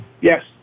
Yes